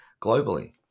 globally